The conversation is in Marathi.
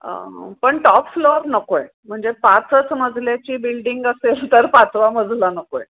पण टॉप फ्लोअर नको आहे म्हणजे पाचच मजल्याची बिल्डिंग असेल तर पाचवा मजला नको आहे